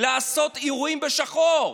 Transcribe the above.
לעשות אירועים בשחור,